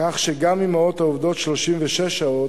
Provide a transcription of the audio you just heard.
כך שגם אמהות שעובדות 36 שעות